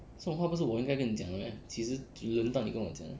这种话不是我应该跟你讲的 meh 几时轮到你跟我讲